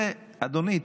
אדוני,